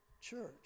church